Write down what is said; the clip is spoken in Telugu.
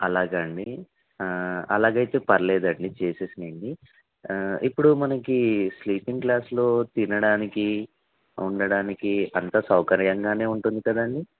అలాగా అండి అలాగైతే పర్లేదు అండి చేయండి అండి ఇప్పుడు మనకు స్లీపింగ్ క్లాస్లో తినడానికి ఉండడానికి అంతా సౌకర్యంగా ఉంటుంది కదండి